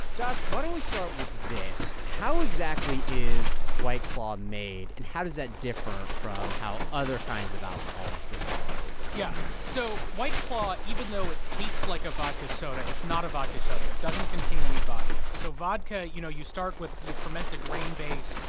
josh, why don't we start with this? how exactly is white claw made, and how does that differ from how other kinds of alcoholic drinks are made? yeah. so white claw even though it tastes like a vodka soda, it's not a vodka soda. it doesn't contain any vodka. so vodka you know, you start with you ferment a grain base,